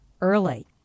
early